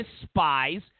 despise